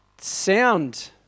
sound